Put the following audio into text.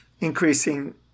increasing